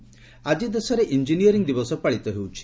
engineers day ଆକି ଦେଶରେ engineering ଦିବସ ପାଳିତ ହେଉଛି